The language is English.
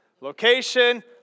Location